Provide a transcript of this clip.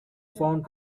found